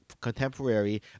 contemporary